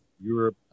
Europe